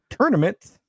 tournament